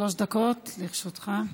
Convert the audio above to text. שלוש דקות לרשותך.